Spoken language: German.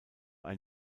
ein